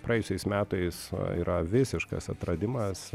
praėjusiais metais yra visiškas atradimas